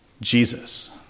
Jesus